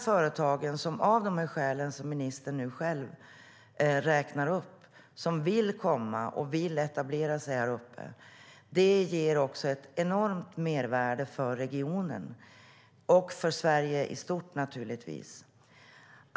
Företagen som av de skäl som ministern själv nu räknar upp vill komma och etablera sig där uppe ger ett enormt mervärde för regionen och naturligtvis för Sverige i stort.